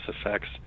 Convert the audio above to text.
effects